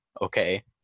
Okay